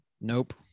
Nope